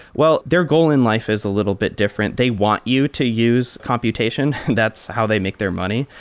well, their goal in life is a little bit different. they want you to use computation. that's how they make their money.